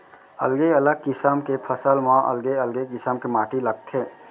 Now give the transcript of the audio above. अलगे अलग किसम के फसल म अलगे अलगे किसम के माटी लागथे